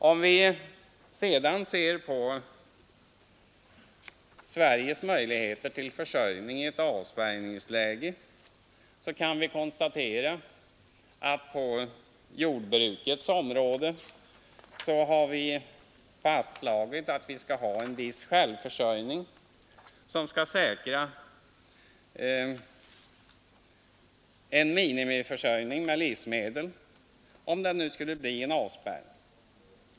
Om vi sedan ser på Sveriges möjligheter till försörjning i ett avspärrningsläge så kan vi konstatera att på jordbrukets område har vi fastslagit att vi skall ha en viss självförsörjning som skall säkra en minimiförsörjning med livsmedel om det skulle bli en avspärrning.